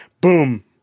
Boom